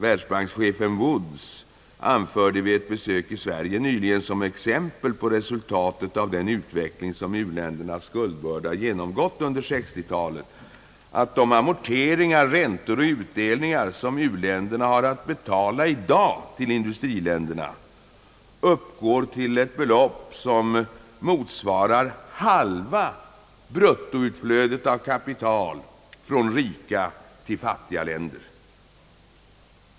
Världsbankechefen Woods anförde vid ett besök i Sverige nyligen som exempel på resultatet av den utveckling, som u-ländernas skuldbörda genomgått under 1960-talet, att de amorteringar, rän Statsverkspropositionen m.m. tor och utdelningar som u-länderna har att betala i dag till industriländerna uppgår till ett belopp som motsvarar halva bruttoutflödet av kapital från rika till fattiga länder.